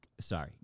sorry